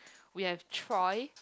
we have Troy